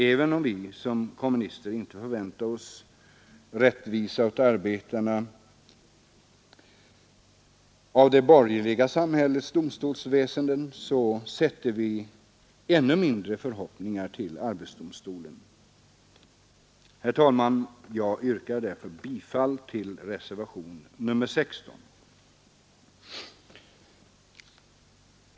Även om vi som kommunister inte förväntar oss rättvisa åt arbetarna av det borgerliga samhällets domstolsväsende, så sätter vi än mindre förhoppningar till arbetsdomstolen. Herr talman! Jag yrkar därför bifall till reservationen 16.